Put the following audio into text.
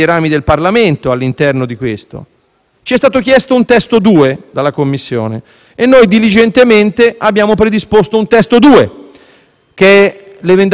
ci è stato chiesto un testo 2, dalla Commissione, e noi diligentemente abbiamo predisposto un nuovo testo, l'emendamento 1.11 (testo 2),